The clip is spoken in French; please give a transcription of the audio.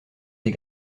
des